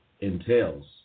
entails